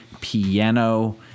piano